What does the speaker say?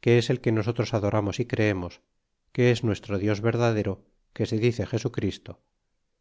que es el que nosotros adoramos y creemos que es nuestro dios verdadero que se dice jesuchristo